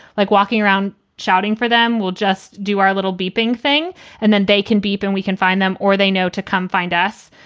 like, walking around shouting for them. we'll just do our little beeping thing and then they can beep and we can find them or they know to come find us.